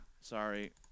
Sorry